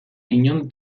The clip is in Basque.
inon